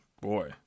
Boy